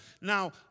Now